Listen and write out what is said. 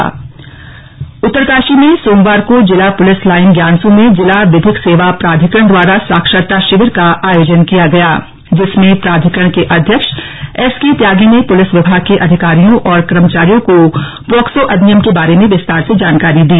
साक्षरता शिविर उत्तरकाशी में सोमवार को जिला पुलिस लाइन ज्ञानसू में जिला विधिक सेवा प्राधिकरण द्वारा साक्षरता शिविर का आयेजन किया गया जिसमें प्राधिकरण के अध्यक्ष एस के त्यागी ने पुलिस विभाग के अधिकारियों और कर्मचारियों को पोक्सो अधिनियम के बारे में विस्तार से जानकारी दी